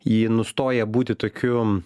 ji nustoja būti tokiu